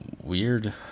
weird